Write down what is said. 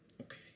Okay